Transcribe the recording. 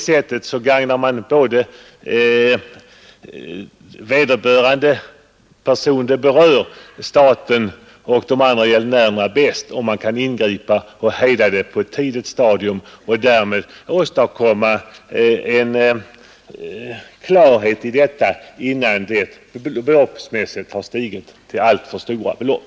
Man gagnar vederbörande skattskyldige, staten och övriga gäldenärer bäst om man kan ingripa och hejda skuldsättningen på ett tidigt stadium — och därmed klara upp saken innan skatteskulderna har stigit till alltför stora belopp.